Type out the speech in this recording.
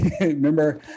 remember